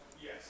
Yes